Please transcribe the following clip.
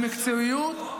במקצועיות,